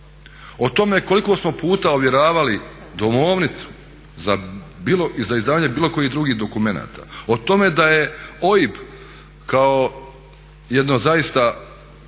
O tome koliko smo puta ovjeravali domovnicu i za izdavanje bilo kojih drugih dokumenata, o tome da je OIB kao jedno zaista